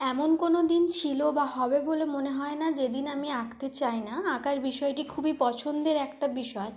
এমন কোনোদিন ছিল বা হবে বলে মনে হয় না যেদিন আমি আঁকতে চাই না আঁকার বিষয়টি খুবই পছন্দের একটা বিষয়